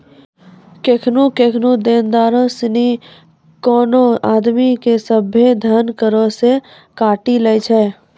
केखनु केखनु देनदारो सिनी कोनो आदमी के सभ्भे धन करो से काटी लै छै